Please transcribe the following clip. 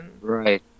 right